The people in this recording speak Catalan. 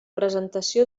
presentació